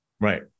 Right